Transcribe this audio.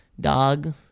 dog